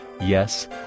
Yes